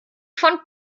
von